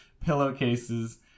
pillowcases